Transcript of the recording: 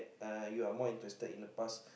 uh you are more interested in the past